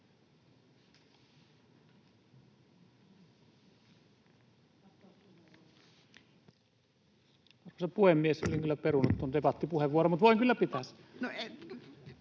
puhemies! Olin kyllä perunut tuon debattipuheenvuoron, mutta voin kyllä pitää sen.